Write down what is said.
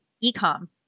e-com